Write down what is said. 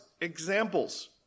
examples